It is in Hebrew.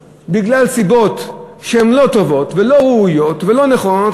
מסיבות שהן לא טובות ולא ראויות ולא נכונות,